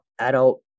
adult